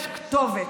יש כתובת.